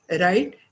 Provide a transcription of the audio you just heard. right